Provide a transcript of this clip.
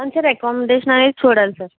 అవున్ sir accommodation అనేది చూడాలి సార్